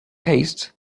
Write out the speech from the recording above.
haste